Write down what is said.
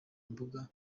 imbuga